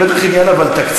אבל זה בטח עניין תקציבי,